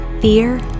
Fear